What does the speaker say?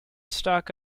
stock